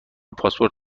پاسپورت